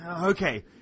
Okay